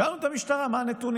שאלנו את המשטרה מה הנתונים,